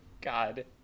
God